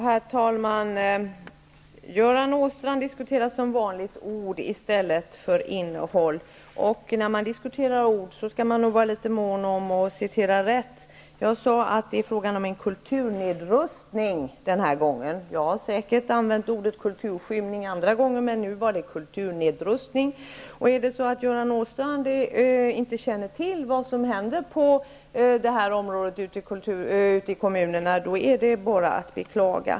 Herr talman! Göran Åstrand diskuterar som vanligt ord i stället för innehåll. När man diskuterar ord, skall man nog vara litet mån om att citera rätt. Jag sade den här gången att det är fråga om en kulturnedrustning. Jag har säkert använt ordet kulturskymning andra gånger, men nu var det kulturnedrustning. Om Göran Åstrand inte känner till vad som händer på det här området ute i kommunerna, då är det bara att beklaga.